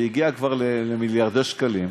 זה הגיע כבר למיליארדי שקלים,